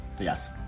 Yes